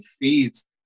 feeds